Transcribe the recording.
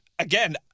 Again